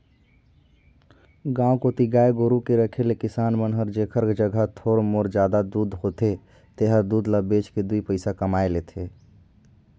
गांव कोती गाय गोरु के रखे ले किसान मन हर जेखर जघा थोर मोर जादा दूद होथे तेहर दूद ल बेच के दुइ पइसा कमाए लेथे